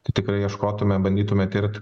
tai tikrai ieškotume bandytume tirt